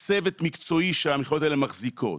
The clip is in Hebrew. צוות מקצועי שהמכללות האלה מחזיקות.